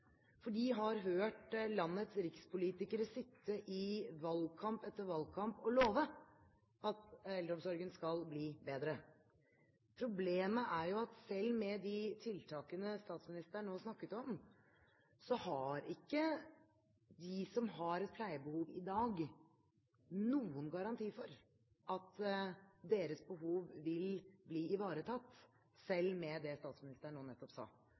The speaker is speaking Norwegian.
for de har hørt landets rikspolitikere sitte i valgkamp etter valgkamp og love at eldreomsorgen skal bli bedre. Problemet er at selv med de tiltakene statsministeren nå snakket om, har ikke de som har et pleiebehov i dag, noen garanti for at deres behov vil bli ivaretatt – selv med det statsministeren nå nettopp sa.